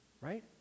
right